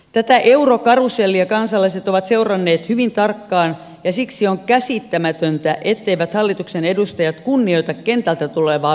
tätä eurokarusellia kansalaiset ovat seuranneet hyvin tarkkaan ja siksi on käsittämätöntä etteivät hallituksen edustajat kunnioita kentältä tulevaa viestiä